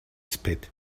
spit